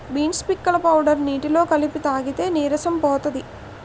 beans పిక్కల powder నీటిలో కలిపి తాగితే నీరసం పోతది